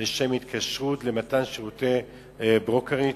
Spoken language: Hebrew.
לשם התקשרות למתן שירותי ברוקראז'.